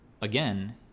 Again